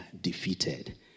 defeated